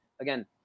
again